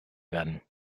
werden